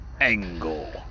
Angle